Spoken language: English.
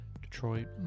Detroit